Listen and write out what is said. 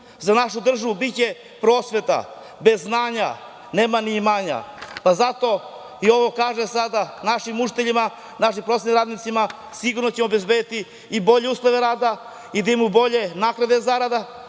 za našu državu biće prosveta. Bez znanja nema ni imanja. Zato ovo i kažem našim učiteljima, našim prosvetnim radnicima, sigurno ćemo obezbediti i bolje uslove rada i da imaju bolje naknade zarada